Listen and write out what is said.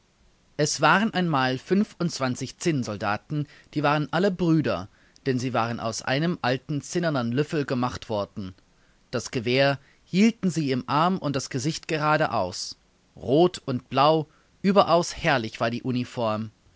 es waren einmal fünfundzwanzig zinnsoldaten die waren alle brüder denn sie waren aus einem alten zinnernen löffel gemacht worden das gewehr hielten sie im arm und das gesicht gerade aus rot und blau überaus herrlich war die uniform